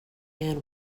and